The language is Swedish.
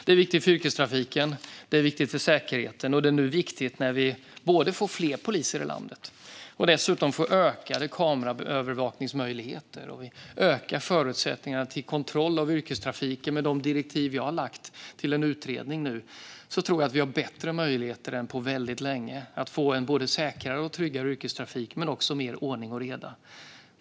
Det är viktigt för yrkestrafiken, det är viktigt för säkerheten och det är viktigt när vi nu både får fler poliser och dessutom får ökade kameraövervakningsmöjligheter och ökar förutsättningarna till kontroll av yrkestrafiken med de direktiv vi har lagt fram till en utredning. Jag tror att vi har bättre möjligheter än på väldigt länge att få en både säkrare och tryggare yrkestrafik men också mer ordning och reda.